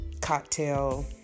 cocktail